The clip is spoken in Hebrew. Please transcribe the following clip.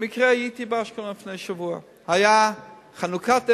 במקרה הייתי באשקלון לפני שבוע, היתה חנוכת MRI,